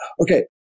Okay